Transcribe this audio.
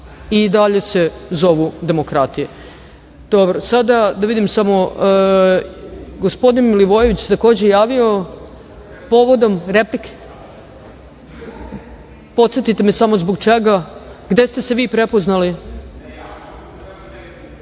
i dalje se zovu demokratije. Gospodin Milivojević se takođe javio, povodom replike. Podsetite me samo zbog čega. Gde ste se vi prepoznali?(Srđan